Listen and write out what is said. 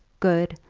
good,